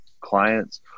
clients